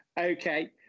okay